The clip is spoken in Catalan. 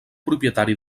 propietari